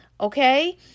okay